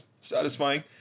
satisfying